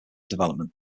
development